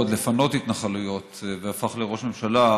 לפנות התנחלויות והפך לראש ממשלה,